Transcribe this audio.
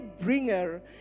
bringer